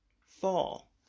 fall